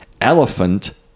elephant